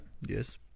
Yes